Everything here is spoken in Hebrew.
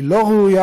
היא לא ראויה,